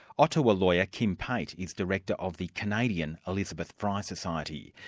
ottawa lawyer kim pate is director of the canadian elizabeth fry society.